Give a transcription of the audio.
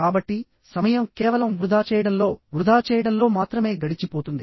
కాబట్టిసమయం కేవలం వృధా చేయడంలోవృధా చేయడంలో మాత్రమే గడిచిపోతుంది